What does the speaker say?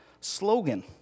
slogan